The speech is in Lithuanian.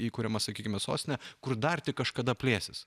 įkuriamas sakykime sostinė kur dar tik kažkada plėsis